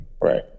Right